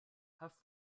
have